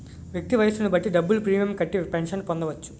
వ్యక్తి వయస్సును బట్టి డబ్బులు ప్రీమియం కట్టి పెన్షన్ పొందవచ్చు